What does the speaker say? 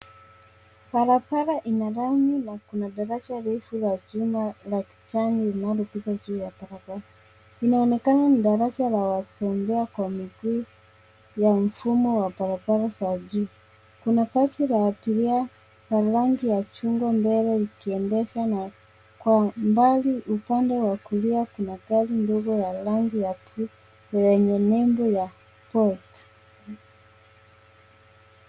Barabara ina lami na kuna daraja refu la chuma la kijani linalopita juu ya barabara. Linaonekana ni daraja la watembea kwa mguu ya mfumo wa barabara za juu. Kuna basi la abiria la rangi ya chungwa mbele likiendeshwa na kwa mbali upande wa kulia kuna gari ndogo ya rangi ya buluu lenye nembo ya Bolt.